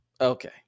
okay